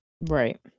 Right